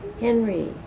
Henry